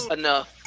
enough